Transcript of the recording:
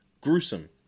gruesome